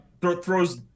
throws